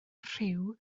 rhyw